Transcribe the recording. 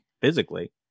physically